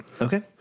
Okay